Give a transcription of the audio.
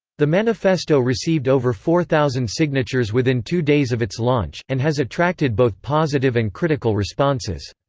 the manifesto received over four thousand signatures within two days of its launch, and has attracted both positive and critical responses.